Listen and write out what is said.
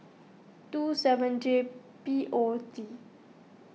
two seven J P O T